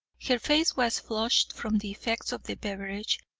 her face was flushed from the effects of the beverage,